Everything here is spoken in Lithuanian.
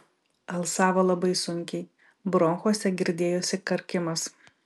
alsavo labai sunkiai bronchuose girdėjosi karkimas